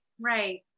Right